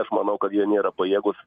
aš manau kad jie nėra pajėgūs